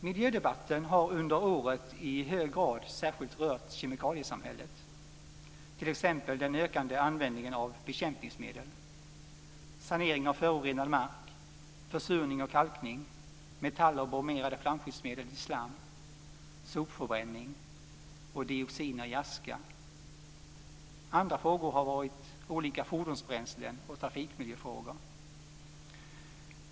Miljödebatten har under året i hög grad särskilt rört kemikaliesamhället, t.ex. den ökande användningen av bekämpningsmedel, sanering av förorenad mark, försurning och kalkning, metaller och bromerade flamskyddsmedel i slam, sopförbränning och dioxiner i aska. Andra frågor har varit olika fordonsbränslen och trafikmiljöfrågor.